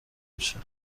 میشه